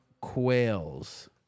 quails